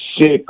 sick